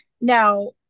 Now